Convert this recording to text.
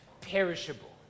perishable